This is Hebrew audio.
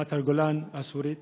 רמת הגולן הסורית